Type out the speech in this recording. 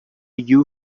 you